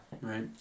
Right